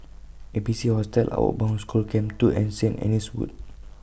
A B C Hostel Outward Bound School Camp two and Saint Anne's Wood